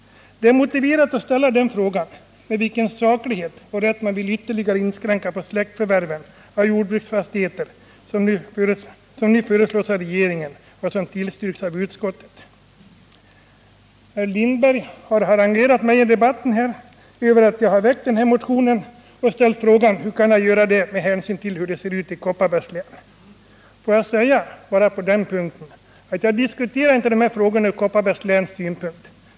Det är motiverat att ställa frågan på vilka sakliga grunder och med vilken rätt man vill ytterligare inskränka släktförvärven av jordbruksfastigheter, vilket nu föreslagits av regeringen och tillstyrkts av utskottet. Herr Lindberg nämnde mitt namn i debatten med anledning av att jag har väckt motionen nr 2158. Han frågade hur jag har kunnat göra detta med tanke på hur det ser ut i Kopparbergs län. Får jag på den punkten bara säga att jag inte diskuterar de här frågorna från Kopparbergs läns synpunkt.